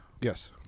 yes